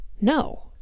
No